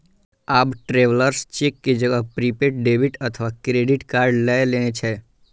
आब travellers cheque के जगह प्रीपेड डेबिट अथवा क्रेडिट कार्ड लए लेने छै